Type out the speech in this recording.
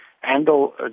handle